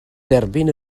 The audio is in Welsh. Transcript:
derbyn